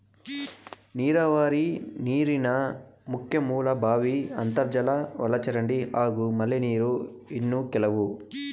ನೀರಾವರಿ ನೀರಿನ ಮುಖ್ಯ ಮೂಲ ಬಾವಿ ಅಂತರ್ಜಲ ಒಳಚರಂಡಿ ಹಾಗೂ ಮಳೆನೀರು ಇನ್ನು ಕೆಲವು